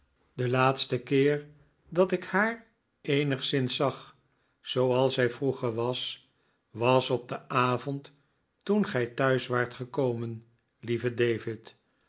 de jaatste keer dat ik haar eenigszins zag zooals zij vroeger was was op den avond toen gij thuis waart gekomen lieve david